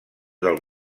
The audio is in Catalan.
del